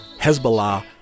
Hezbollah